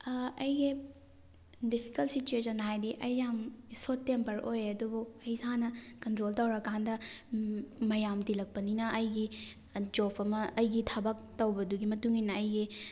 ꯑꯩꯒꯤ difficult situation ꯍꯥꯏꯔꯗꯤ ꯑꯩ ꯌꯥꯝ ꯁꯣꯔꯠ ꯇꯦꯝꯄꯔ ꯑꯣꯏꯌꯦ ꯑꯗꯨꯕꯨ ꯑꯩ ꯏꯁꯥꯅ ꯀꯟꯇ꯭ꯔꯣꯜ ꯇꯧꯔꯀꯥꯟꯗ ꯃꯌꯥꯝ ꯇꯤꯜꯂꯛꯄꯅꯤꯅ ꯑꯩꯒꯤ ꯖꯣꯕ ꯑꯃ ꯑꯩꯒꯤ ꯊꯕꯛ ꯇꯧꯕꯗꯨꯒꯤ ꯃꯇꯨꯡꯏꯟꯅ ꯑꯩꯒꯤ